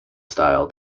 style